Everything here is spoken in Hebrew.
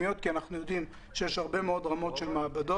בלי שום מכון תקנים?